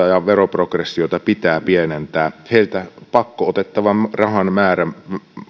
ja veroprogressiota pitää pienentää heiltä pakko otettavan